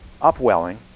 upwelling